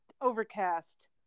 overcast